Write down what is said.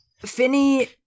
Finny